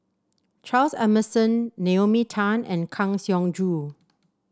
Charles Emmerson Naomi Tan and Kang Siong Joo